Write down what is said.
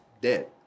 dead